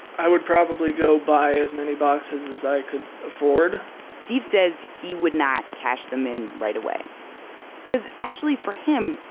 i would probably go buy as many boxes as i could afford steve says he would not cash them in right away cause actually for him,